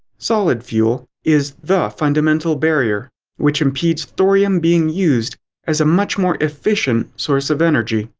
solid fuel is the fundamental barrier which impedes thorium being used as a much more efficient source of energy.